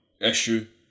issue